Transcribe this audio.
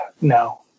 No